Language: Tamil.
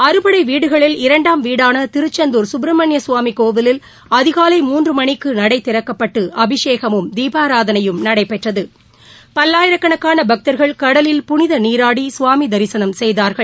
அறுபடை வீடுகளில் இரண்டாம் வீடான திருச்செந்தூர் சுப்பிரமணி சுவாமி கோவிலில் அதிகாலை மூன்று மணிக்கு நடை திறக்கப்பட்டு அபிஷேகமும் தீபாராதனையும் நடந்தது பல்லாயிரக்கணக்கான பக்தர்கள் கடலில் புனித நீராடி சுவாமி தரிசனம் செய்தார்கள்